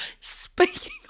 speaking